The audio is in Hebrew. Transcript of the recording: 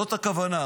זאת הכוונה.